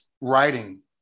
writing